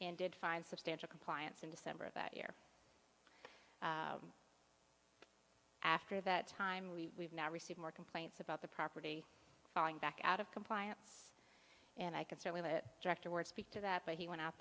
and did find substantial compliance in december of that year after that time we received more complaints about the property falling back out of compliance and i could certainly get director word speak to that but he went out